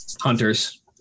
hunters